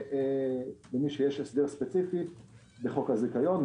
למי שיש הסדר ספציפי בחוק הזיכיון.